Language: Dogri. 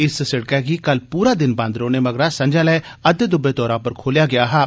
इस सिड़कै गी कल पूरा दिन बंद रौहने मगरा संझा'लै अद्दे दुब्बे तौरा पर खोलेआ गेआ हा